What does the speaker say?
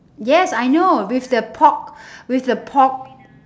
yes I know with the pork with the pork